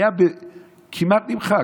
הוא כמעט נמחק.